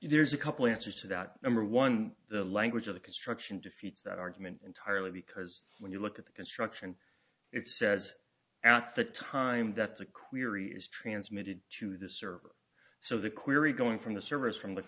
there's a couple answers to that number one the language of the construction defeats that argument entirely because when you look at the construction it says at the time that the query is transmitted to the server so the query going from the server is from the